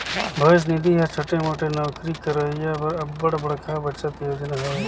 भविस निधि हर छोटे मोटे नउकरी करोइया बर अब्बड़ बड़खा बचत योजना हवे